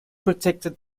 protected